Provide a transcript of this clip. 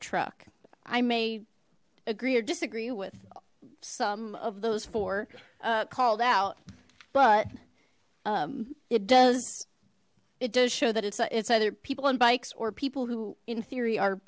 truck i may agree or disagree with some of those for called out but it does it does show that it's a it's either people on bikes or people who in theory are